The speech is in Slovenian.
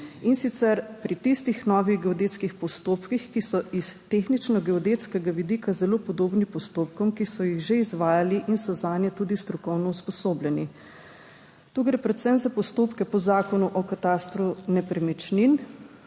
in sicer pri tistih novih geodetskih postopkih, ki so s tehnično-geodetskega vidika zelo podobni postopkom, ki so jih že izvajali in so zanje tudi strokovno usposobljeni. Tu gre predvsem za postopke po Zakonu o katastru nepremičnin,